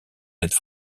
cette